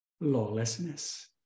lawlessness